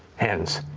hands,